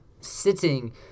sitting